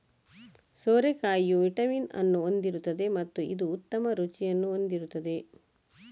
ಸೋರೆಕಾಯಿಯು vitamin ಅನ್ನು ಹೊಂದಿರುತ್ತದೆ ಮತ್ತು ಇದು ಉತ್ತಮ ರುಚಿಯನ್ನು ಹೊಂದಿರುತ್ತದೆ